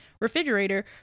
refrigerator